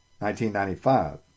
1995